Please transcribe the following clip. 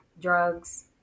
drugs